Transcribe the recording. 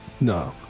no